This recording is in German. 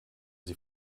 sie